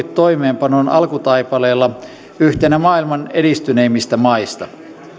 toimeenpanon alkutaipaleella yhtenä maailman edistyneimmistä maista